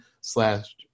slash